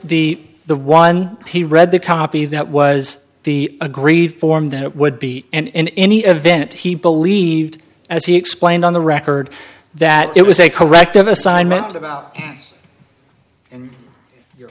the the one he read the copy that was the agreed form that would be and in any event he believed as he explained on the record that it was a corrective assignment about and you